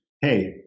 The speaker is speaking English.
hey